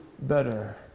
better